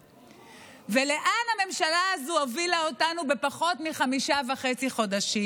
ולאן הממשלה הזו הובילה אותנו בפחות מחמישה וחצי חודשים?